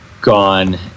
gone